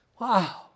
Wow